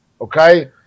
Okay